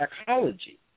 psychology